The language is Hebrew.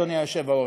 אדוני היושב-ראש.